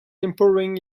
empowering